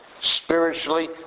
spiritually